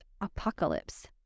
Apocalypse